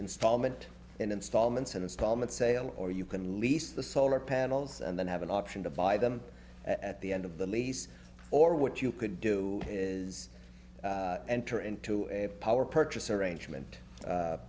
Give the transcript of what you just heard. installment in installments an installment sale or you can lease the solar panels and then have an option to buy them at the end of the lease or what you could do is enter into a power purchase arrangement